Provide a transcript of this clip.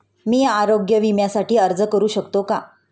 मी आरोग्य विम्यासाठी अर्ज करू शकतो का?